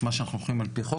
מה שאנחנו יכולים על פי חוק,